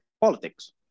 politics